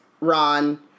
Ron